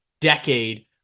decade